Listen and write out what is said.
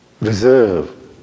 reserve